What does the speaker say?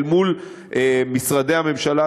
אל מול משרדי הממשלה,